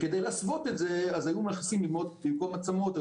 כדי להסוות את זה במקום עצמות היו